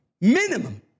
minimum